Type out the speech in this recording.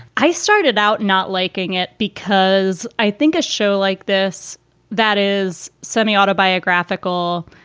i started out not liking it because i think a show like this that is semi-autobiographical,